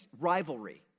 rivalry